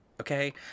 Okay